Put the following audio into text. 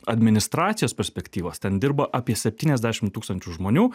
administracijos perspektyvos ten dirba apie septyniasdešim tūkstančių žmonių